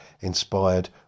inspired